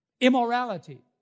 Immorality